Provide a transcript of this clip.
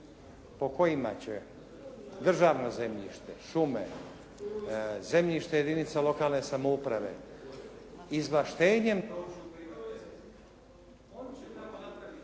po kojima će državno zemljište, šume, zemljište jedinica lokalne samouprave izvlaštenjem